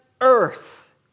earth